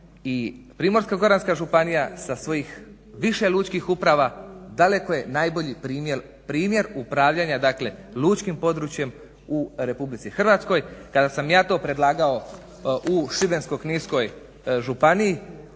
Primorsko-goranska županija sa svojih više lučkih uprava daleko je najbolji primjer upravljanja dakle lučkim područjem u Republici Hrvatskoj, kada sam ja to predlagao u Šibensko-kninskoj županiji